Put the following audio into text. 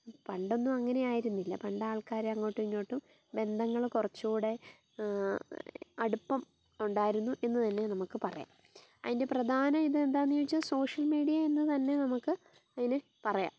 പണ്ടൊന്നും അങ്ങനെ ആയിരുന്നില്ല പണ്ട് ആൾക്കാർ അങ്ങോട്ടും ഇങ്ങോട്ടും ബന്ധങ്ങൾ കുറച്ച് കൂടെ അടുപ്പം ഉണ്ടായിരുന്നു എന്ന് തന്നെ നമുക്ക് പറയാം അയിൻ്റെ പ്രധാന ഇത് എന്താണെന്ന് ചോദിച്ചാൽ സോഷ്യൽ മീഡിയ എന്ന് തന്നെ നമുക്ക് അതിനെ പറയാം